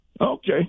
Okay